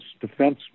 defense